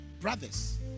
brothers